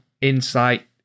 insight